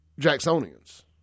Jacksonians